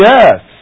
Yes